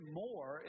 more